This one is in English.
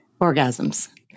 orgasms